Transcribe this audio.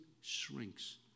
shrinks